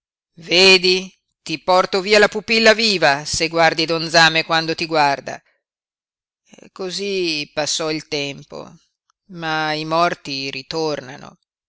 ti porto via la pupilla viva se guardi don zame quando ti guarda cosí passò il tempo ma i morti ritornano